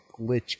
glitch